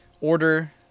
order